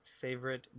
favorite